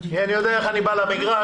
אני יודע איך אני בא למגרש,